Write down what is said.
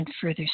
further